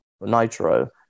Nitro